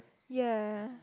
ya